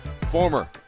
former